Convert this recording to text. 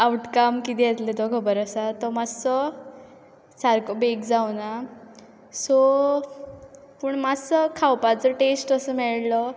outcome कितें येतलो तो खबर आसा तो मातसो सारको बॅक जावुंना सो पूण मातसो खावपाचो टेस्ट असो मेळ्ळो